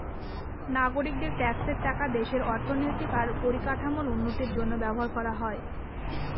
নাগরিকদের ট্যাক্সের টাকা দেশের অর্থনৈতিক আর পরিকাঠামোর উন্নতির জন্য ব্যবহার করা হয়